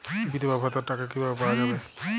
বিধবা ভাতার টাকা কিভাবে পাওয়া যাবে?